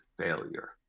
failure